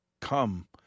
Come